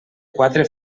quatre